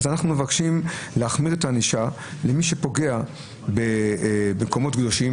אנחנו מבקשים להחמיר את הענישה עם מי שפוגע במקומות קדושים,